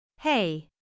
Hey